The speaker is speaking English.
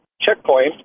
checkpoint